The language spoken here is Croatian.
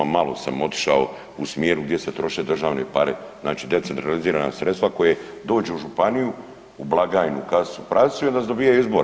Malo sam otišao u smjeru gdje se troše državne pare, znači decentralizirana sredstva koja dođu u županiju u blagajnu u kasicu prasicu i onda se dobijaju izbori.